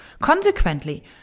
Consequently